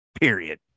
Period